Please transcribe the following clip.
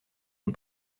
une